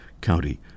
County